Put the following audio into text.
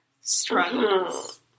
Struggles